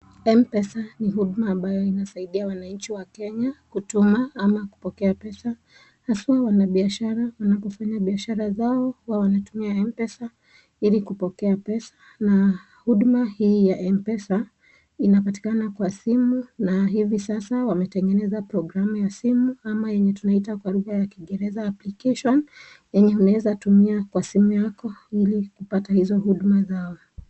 Mpesa ni huduma ambayo inawasaidia wakenya, kutuma ama kupokea pesa, haswa wanabiashara wanapofanya biashara zao, huwa wanatumia mpesa, ili kupokea pesa na huduma hii ha mpesa inapatikana kwa simu, na hivi sasa wametengeneza ya simu ama yenye tunaita kwa lugha ya kiingereza application , yenye unaweza tumia kwa simu yako, ili kuoata hizo huduma zao.